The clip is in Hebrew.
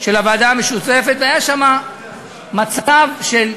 של הוועדה המשותפת, והיה שם מצב של,